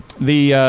the